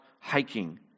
hiking